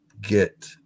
get